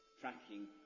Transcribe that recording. tracking